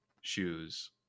shoes